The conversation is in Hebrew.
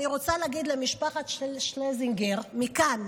אני רוצה להגיד למשפחת זלינגר מכאן: